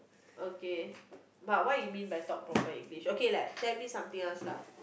okay but what you mean by talk proper English okay like tell me something else lah